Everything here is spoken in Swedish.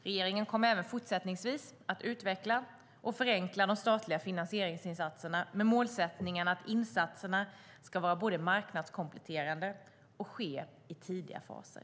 Regeringen komma även fortsättningsvis att utveckla och förenkla de statliga finansieringsinsatserna med målsättningen att insatserna ska vara både marknadskompletterande och ske i tidiga faser.